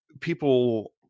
people